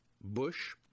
Bush